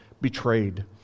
betrayed